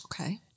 Okay